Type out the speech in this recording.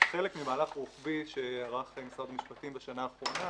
כחלק ממהלך רוחבי שערך משרד המשפטים בשנה האחרונה